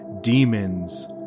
demons